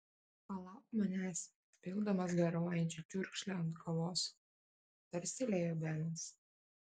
palauk manęs pildamas garuojančią čiurkšlę ant kavos tarstelėjo benas